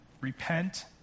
Repent